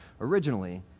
originally